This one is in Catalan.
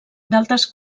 d’altres